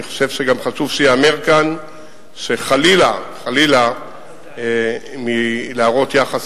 אני חושב שגם חשוב שייאמר כאן שחלילה מלהראות יחס